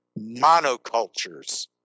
monocultures